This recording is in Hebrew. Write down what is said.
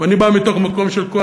ואני בא מתוך מקום של כוח,